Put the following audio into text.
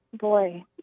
boy